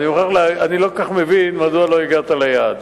אני לא כל כך מבין מדוע לא הגעת ליעד.